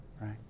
right